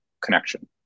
connection